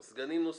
15 סגנים נוספים,